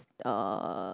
uh